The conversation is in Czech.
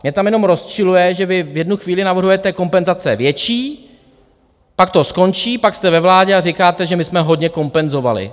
Mě tam jenom rozčiluje, že vy v jednu chvíli navrhujete kompenzace větší, pak to skončí, pak jste ve vládě a říkáte, že my jsme hodně kompenzovali.